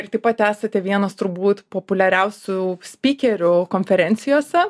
ir taip pat esate vienas turbūt populiariausių spykerių konferencijose